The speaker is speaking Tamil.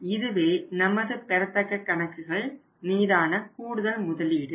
இதுவே நமது பெறத்தக்க கணக்குகள் மீதான கூடுதல் முதலீடு 3600